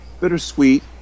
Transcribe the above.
bittersweet